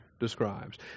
describes